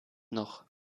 noch